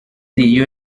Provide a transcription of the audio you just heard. iyo